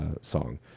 song